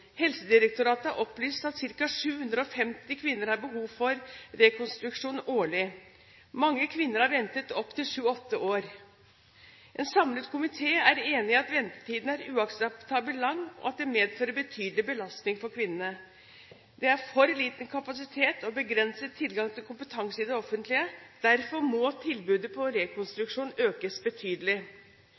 Helsedirektoratet har opplyst at ca. 750 kvinner har behov for rekonstruksjon årlig. Mange kvinner har ventet opp til sju–åtte år. En samlet komité er enig i at ventetiden er uakseptabelt lang, og at det medfører en betydelig belastning for kvinnene. Det er for liten kapasitet og begrenset tilgang til kompetanse i det offentlige. Derfor må tilbudet når det gjelder rekonstruksjon, økes betydelig.